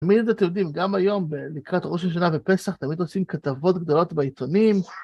תמיד, אתם יודעים, גם היום, לקראת ראש השנה ופסח, תמיד עושים כתבות גדולות בעיתונים.